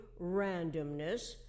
randomness